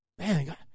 man